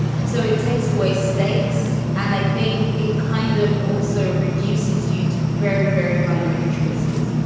and so it takes away stakes and i think it kind of also reduces you to very very binary choices.